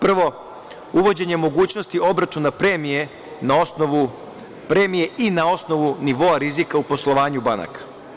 Prvo, uvođenje mogućnosti obračuna premije i na osnovu nivoa rizika u poslovanju banaka.